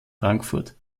frankfurt